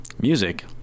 music